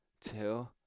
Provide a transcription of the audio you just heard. two